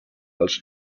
als